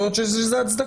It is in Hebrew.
יכול להיות שיש לזה הצדקות.